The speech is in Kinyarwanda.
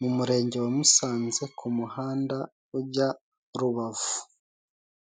mu Murenge wa Musanze ku muhanda ujya Rubavu.